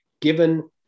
given